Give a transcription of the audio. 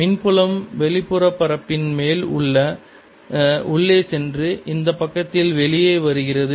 மின்புலம் வெளிப்புற பரப்பின் மேல் உள்ளே சென்று இந்த பக்கத்தில் வெளியே வருகிறது